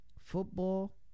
Football